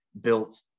built